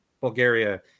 bulgaria